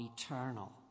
eternal